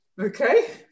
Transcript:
Okay